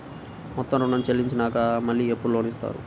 మొత్తం ఋణం చెల్లించినాక మళ్ళీ ఎప్పుడు లోన్ ఇస్తారు?